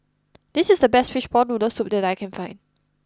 this is the best Fishball Noodle Soup that I can find